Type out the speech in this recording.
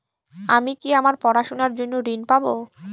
আমি কি আমার পড়াশোনার জন্য ঋণ পাব?